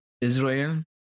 Israel